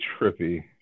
trippy